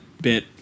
bit